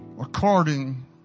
according